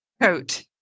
coat